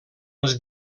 els